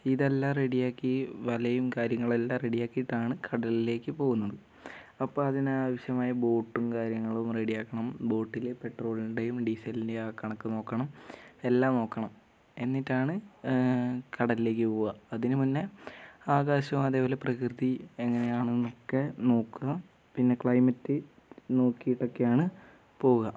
ഇതെല്ലാം റെഡിയാക്കി വലയും കാര്യങ്ങളെല്ലാം റെഡിയാക്കിയിട്ടാണ് കടലിലേക്ക് പോകുന്നത് അപ്പം അതിന് ആവശ്യമായ ബോട്ടും കാര്യങ്ങളും റെഡിയാക്കണം ബോട്ടിൽ പെട്രോളിൻ്റെയും ഡീസലിൻ്റെ ആ കണക്ക് നോക്കണം എല്ലാം നോക്കണം എന്നിട്ടാണ് കടലിലേക്ക് പോവുക അതിന് മുന്നേ ആകാശവും അതേപോലെ പ്രകൃതി എങ്ങനെയാണെന്നൊക്കെ നോക്കുക പിന്നെ ക്ലൈമറ്റ് നോക്കിയിട്ടൊക്കെയാണ് പോവുക